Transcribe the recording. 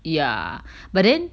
ya but then